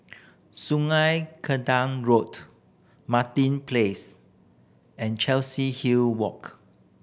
Sungei Road Martin Place and Hill Walk